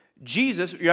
Jesus